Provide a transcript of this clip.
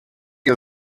ihr